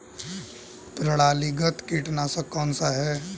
प्रणालीगत कीटनाशक कौन सा है?